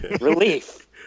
Relief